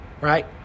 right